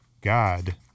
God